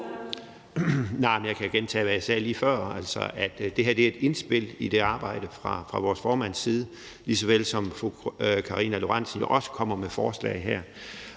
Jeg kan gentage, hvad jeg sagde lige før, altså at det her er et indspil i det arbejde fra vores formands side af, lige såvel som fru Karina Lorentzen Dehnhardt jo også kommer med forslag her.